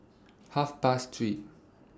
Half Past three